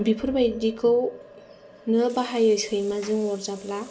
बिफोरबादिखौनो बाहायो सैमाजों अरजाब्ला